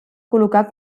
col·locar